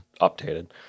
updated